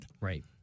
Right